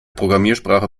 programmiersprache